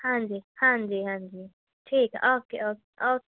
ਹਾਂਜੀ ਹਾਂਜੀ ਹਾਂਜੀ ਠੀਕ ਹੈ ਓਕੇ ਓਕੇ ਓਕੇ